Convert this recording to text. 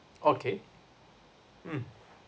okay mmhmm